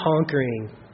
conquering